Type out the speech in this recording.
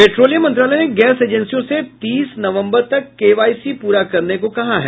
petroleum मंत्रालय ने gas एजेंसियों से तीस नवम्बर तक केवाईसी पूरा करने को कहा है